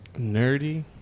Nerdy